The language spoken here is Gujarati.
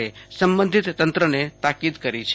એ સંબંધિત તંત્રને તાકીદ કરી છે